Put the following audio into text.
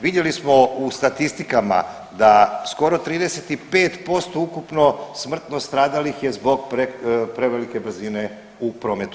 Vidjeli smo u statistikama da skoro 35% ukupno smrtno stradalih je zbog prevelike brzine u prometu.